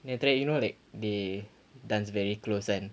then after that you know like they dance very close [one]